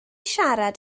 siarad